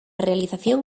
realización